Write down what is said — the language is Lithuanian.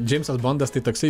džeimsas bondas tai toksai